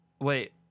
Wait